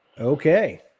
Okay